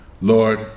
Lord